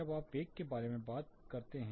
तब आप वेग के बारे में बात कर सकते हैं